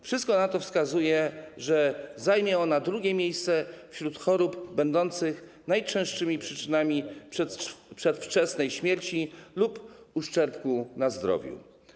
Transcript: Wszystko na to wskazuje, że zajmie ona drugie miejsce wśród chorób będących najczęstszymi przyczynami przedwczesnej śmierci lub uszczerbku na zdrowiu.